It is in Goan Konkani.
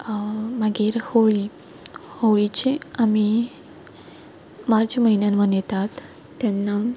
मागीर होळी होळीची आमी मार्च म्हयन्यांत मनयतात तेन्ना